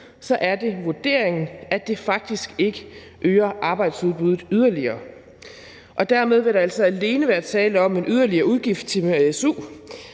su, er det vurderingen, at det faktisk ikke øger arbejdsudbuddet yderligere, og dermed vil der altså alene være tale om en yderligere udgift til